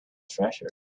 treasure